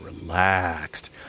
relaxed